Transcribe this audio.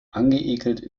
angeekelt